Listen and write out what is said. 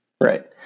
Right